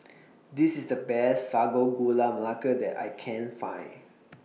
This IS The Best Sago Gula Melaka that I Can Find